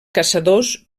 caçadors